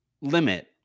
limit